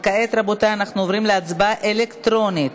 כעת, רבותי, אנחנו עוברים להצבעה אלקטרונית.